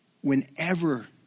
whenever